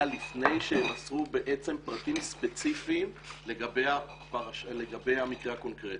לפני שהם מסרו פרטים ספציפיים לגבי המקרה הקונקרטי.